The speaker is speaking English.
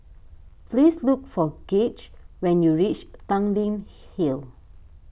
please look for Gauge when you reach Tanglin Hill